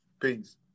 Peace